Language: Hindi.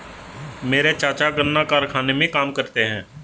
मेरे चाचा गन्ना कारखाने में काम करते हैं